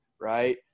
right